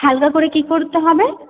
হালকা করে কী করতে হবে